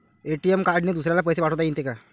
ATM कार्डने दुसऱ्याले पैसे पाठोता येते का?